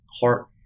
heart